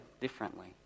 differently